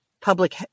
public